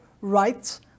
rights